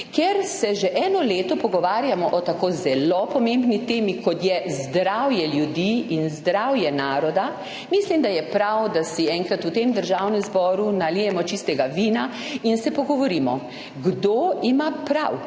Ker se že eno leto pogovarjamo o tako zelo pomembni temi, kot je zdravje ljudi in zdravje naroda, mislim, da je prav, da si enkrat v Državnem zboru nalijemo čistega vina in se pogovorimo, kdo ima prav,